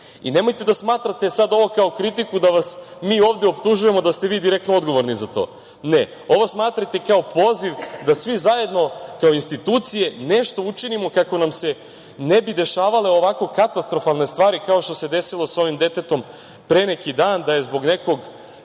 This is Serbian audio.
Nemojte da smatrate ovo sada kao kritiku da vas mi ovde optužujemo da ste direktno odgovorni za to, ne, ovo smatrajte kao poziv da svi zajedno kao institucije nešto učinimo kako nam se ne bi dešavale ovako katastrofalne stvari kao što se desilo sa ovim detetom pre neki dan, da je zbog nekog